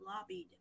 lobbied